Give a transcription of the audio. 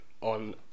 on